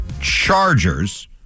Chargers